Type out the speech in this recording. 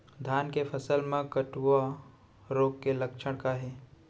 धान के फसल मा कटुआ रोग के लक्षण का हे?